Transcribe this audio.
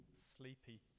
sleepy